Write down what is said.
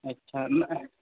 اچھا